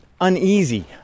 uneasy